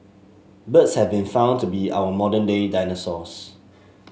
birds have been found to be our modern day dinosaurs